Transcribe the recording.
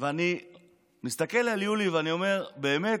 ואני מסתכל על יולי ואני אומר: באמת,